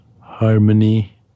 harmony